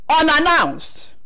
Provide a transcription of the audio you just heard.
unannounced